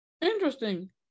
Interesting